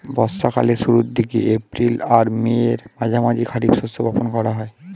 বর্ষা কালের শুরুর দিকে, এপ্রিল আর মের মাঝামাঝি খারিফ শস্য বপন করা হয়